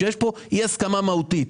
שיש פה אי-הסכמה מהותית,